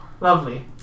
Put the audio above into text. lovely